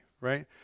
right